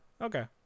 Okay